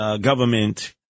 government